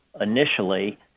initially